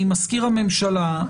ממזכיר הממשלה,